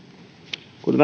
kuten